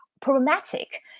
problematic